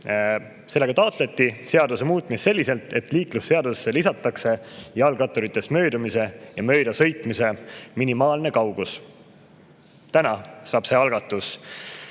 Sellega taotleti seaduse muutmist selliselt, et liiklusseadusesse lisataks jalgratturitest möödumise ja mööda sõitmise minimaalne kaugus. Täna saab see seadusesse